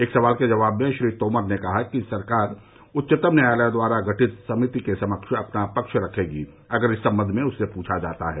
एक सवाल के जवाब में श्री तोमर ने कहा कि सरकार उच्चतम न्यायालय द्वारा गठित समिति के समक्ष अपना पक्ष रखेगी अगर इस संबंध में उससे पूछा जाता है